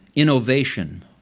innovation,